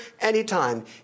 anytime